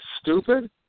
stupid